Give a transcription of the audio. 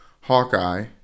Hawkeye